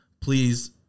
please